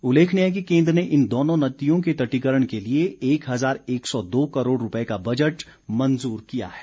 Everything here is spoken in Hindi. उल्लेखनीय है कि केन्द्र ने इन दोनों नदियों के तटीकरण के लिए एक हजार एक सौ दो करोड़ रूपये का बजट मंजूर किया है